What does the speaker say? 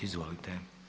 Izvolite.